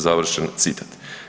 Završen citat.